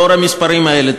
לאור המספרים האלה.